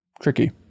Tricky